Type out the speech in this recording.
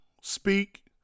speak